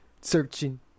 searching